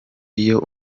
iyo